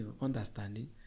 understanding